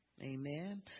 Amen